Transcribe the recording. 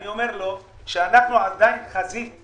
אני אומר לו שאנחנו עדיין חזית.